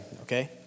okay